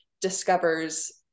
discovers